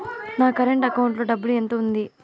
నా current account లో డబ్బులు ఎంత ఉంది?